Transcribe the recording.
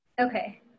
Okay